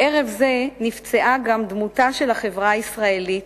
בערב זה נפצעה גם דמותה של החברה הישראלית